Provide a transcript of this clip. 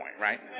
right